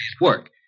work